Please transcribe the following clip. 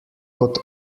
kot